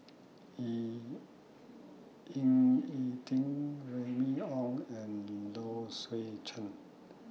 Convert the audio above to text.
Ying E Ding Remy Ong and Low Swee Chen